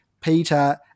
Peter